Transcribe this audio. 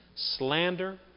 Slander